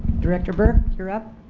director burke you're up